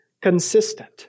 consistent